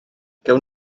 gawn